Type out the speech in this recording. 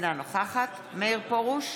אינה נוכחת מאיר פרוש,